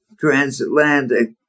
transatlantic